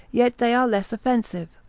yet they are less offensive.